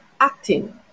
acting